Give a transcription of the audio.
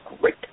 great